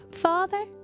Father